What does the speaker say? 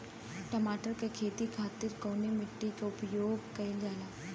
टमाटर क खेती खातिर कवने मिट्टी के उपयोग कइलजाला?